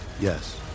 Yes